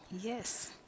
Yes